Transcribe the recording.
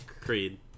Creed